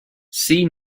see